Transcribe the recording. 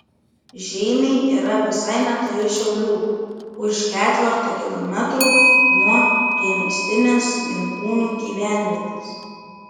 žeimiai yra visai netoli šiaulių už ketverto kilometrų nuo priemiestinės ginkūnų gyvenvietės